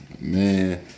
man